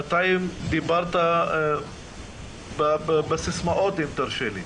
ובינתיים דיברת בבסיס מאוד, אם תרשה לי.